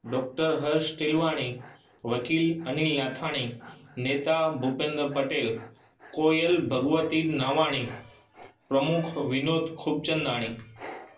doctor Harsh Tilwani वकील अनिल नाथाणी नेता भुपेन्द्र पटेल कोयल भगवती नावाणी प्रमुख विनोद खुबचंदाणी